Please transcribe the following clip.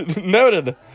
Noted